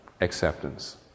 acceptance